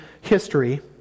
history